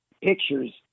pictures